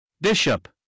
Bishop